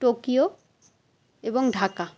Tokyo এবং ঢাকা